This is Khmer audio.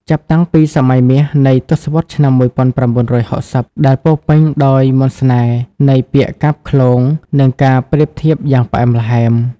ចាប់តាំងពីសម័យមាសនៃទសវត្សរ៍ឆ្នាំ ១៩៦០ ដែលពោរពេញដោយមន្តស្នេហ៍នៃពាក្យកាព្យឃ្លោង និងការប្រៀបធៀបយ៉ាងផ្អែមល្ហែម ។